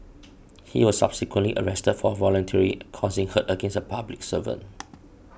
he was subsequently arrested for voluntarily causing hurt against a public servant